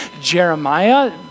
Jeremiah